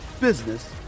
business